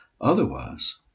Otherwise